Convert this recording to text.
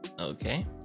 okay